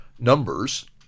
numbers